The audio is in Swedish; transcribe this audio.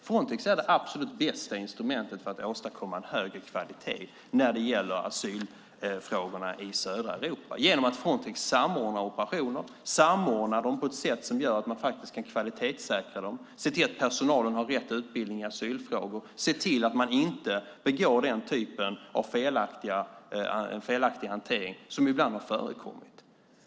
Frontex är det absolut bästa instrumentet för att åstadkomma en högre kvalitet när det gäller asylfrågorna i södra Europa genom att Frontex samordnar operationer på ett sätt som gör att man faktiskt kan kvalitetssäkra dem, se till att personalen har rätt utbildning i asylfrågor, se till att man inte begår den typ av felaktig hantering som ibland har förekommit.